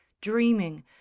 dreaming